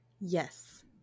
Yes